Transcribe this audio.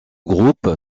groupe